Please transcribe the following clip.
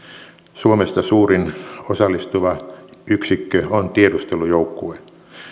suomesta suurin osallistuva yksikkö on tiedustelujoukkue